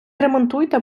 ремонтуйте